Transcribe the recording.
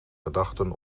gedachten